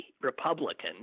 republican